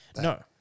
no